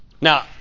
Now